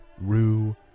rue